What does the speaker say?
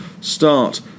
start